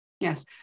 Yes